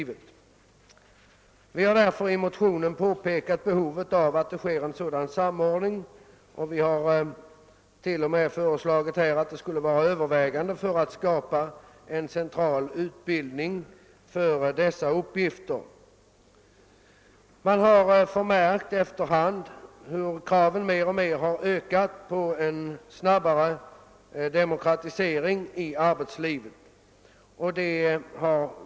Vi har i motionen påpekat behovet av en samordning, och vi har till och med föreslagit att man skulle överväga om man inte borde skapa en central utbildning för dessa uppgifter. Efter hand har man förmärkt hur kraven på en snabbare demokratisering i arbetslivet mer och mer har ökat.